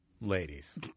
Ladies